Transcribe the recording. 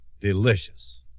delicious